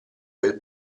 quel